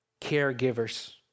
caregivers